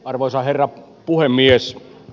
arvoisa herra puhemies